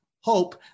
hope